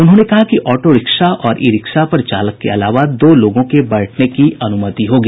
उन्होंने कहा कि ऑटोरिक्शा और ई रिक्शा पर चालक के अलावा दो लोगों के बैठने की अनुमति होगी